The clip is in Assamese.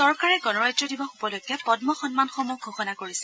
চৰকাৰে গণৰাজ্য দিৱস উপলক্ষে পদ্ম সন্মানসমূহ ঘোষণা কৰিছে